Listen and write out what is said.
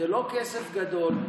זה לא כסף גדול.